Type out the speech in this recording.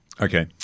Okay